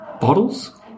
bottles